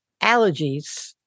allergies